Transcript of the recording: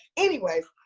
anyways,